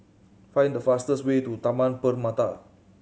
find the fastest way to Taman Permata